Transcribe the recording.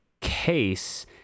case